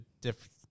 different